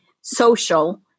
social